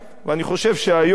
ואני חושב שהיום,